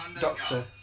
Doctor